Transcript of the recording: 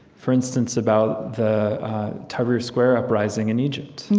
for instance, about the tahrir square uprising in egypt.